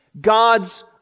God's